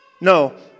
No